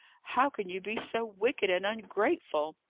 how can you be so wicked and ungrateful?